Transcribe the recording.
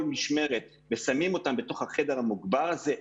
משמרת ושמים אותם בתוך החדר המוגבר הזה.